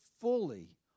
fully